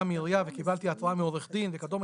מעירייה וקיבלתי התראה מעורך דין וכדומה,